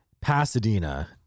Pasadena